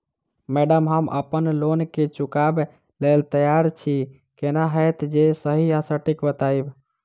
Madam हम अप्पन loan केँ चुकाबऽ लैल तैयार छी केना हएत जे सही आ सटिक बताइब?